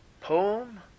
poem